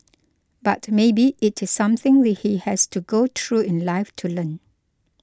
but maybe it is something we he has to go through in life to learn